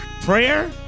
Prayer